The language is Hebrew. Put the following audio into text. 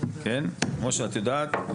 כמו שאת יודעת,